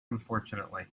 unfortunately